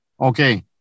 Okay